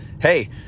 hey